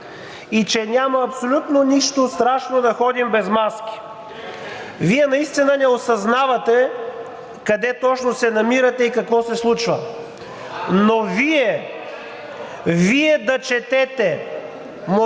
и че няма абсолютно нищо страшно да ходим без маски. Вие наистина не осъзнавате къде точно се намирате и какво се случва (реплика от народния